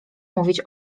mówić